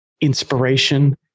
inspiration